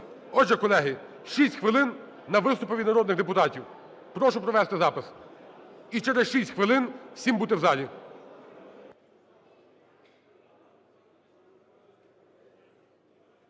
Отже, колеги, 6 хвилин на виступи від народних депутатів. Прошу провести запис. І через 6 хвилин усім бути в залі.